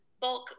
Bulk